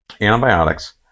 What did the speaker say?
Antibiotics